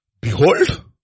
Behold